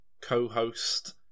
co-host